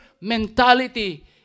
mentality